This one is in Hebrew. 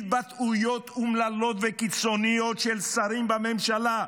התבטאויות אומללות וקיצוניות של שרים בממשלה,